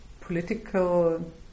political